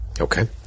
Okay